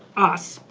us,